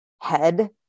head